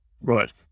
Right